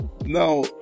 now